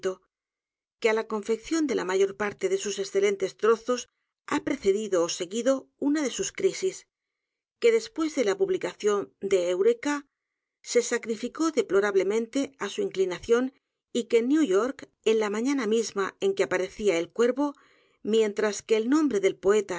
que á la confección de la mayor parte de s u s excelentes trozos h a precedido ó seguido una de sus c r i s i s que después de la publicación de eureka s e edgar poe sacrificó deplorablemente á su inclinación y que en new york en la mañana misma en que aparecía el cuervo mientras que el nombre del poeta